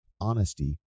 honesty